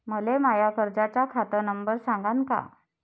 मले माया कर्जाचा खात नंबर सांगान का?